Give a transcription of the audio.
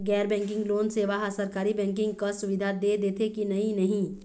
गैर banking loan सेवा हा सरकारी बैंकिंग कस सुविधा दे देथे कि नई नहीं?